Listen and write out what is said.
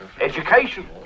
Education